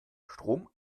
strom